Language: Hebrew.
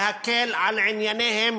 להקל על ענייניהם